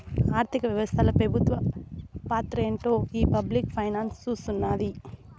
ఆర్థిక వ్యవస్తల పెబుత్వ పాత్రేంటో ఈ పబ్లిక్ ఫైనాన్స్ సూస్తున్నాది